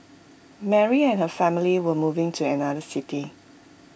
Mary and her family were moving to another city